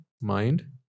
mind